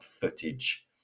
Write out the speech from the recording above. footage